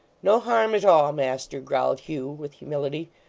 no harm at all, master growled hugh with humility.